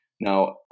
Now